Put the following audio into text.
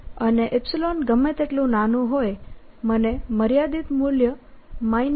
અને ϵ ગમે તેટલું નાનું હોય મને મર્યાદિત મૂલ્ય Mcosθ મળશે